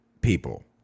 people